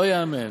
לא ייאמן.